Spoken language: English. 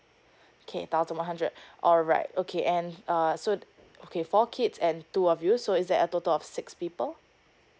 okay thousand one hundred alright okay and uh so okay four kids and two of you so is there a total of six people